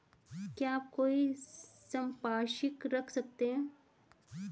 क्या आप कोई संपार्श्विक रख सकते हैं?